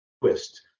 twist